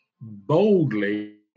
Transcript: boldly